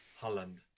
Holland